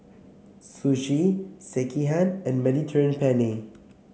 Sushi Sekihan and Mediterranean Penne